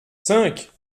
cinq